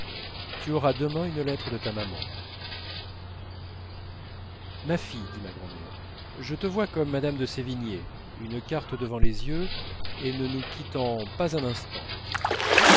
tu auras demain une lettre de ta maman ma fille dit ma grand'mère je te vois comme madame de sévigné une carte devant les yeux et ne nous quittant pas un instant